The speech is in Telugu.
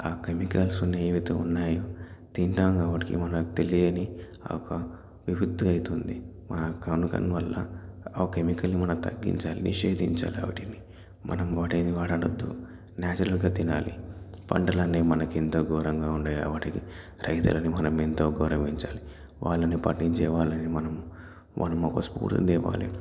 ఆ కెమికల్స్ని ఏవైతే ఉన్నాయో తింటాము కాబట్టి మనకు తెలియని ఒక వివక్ష అవుతుంది మనకు ఆ కెమికల్ని మనం తగ్గించాలి నిషేధించాలి వాటిని మనం వాటిని వాడవద్దు నేచురల్గా తినాలి పంటలన్నీ మనకి ఎంత గౌరంగా ఉండేవాటిని రైతులని మనం ఎంతో గౌరవించాలి వాళ్ళని పండించే వాళ్ళని మనం మనం ఒక స్ఫూర్తిని తేవాలి